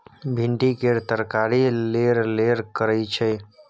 भिंडी केर तरकारी लेरलेर करय छै